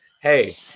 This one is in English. Hey